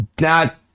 Not-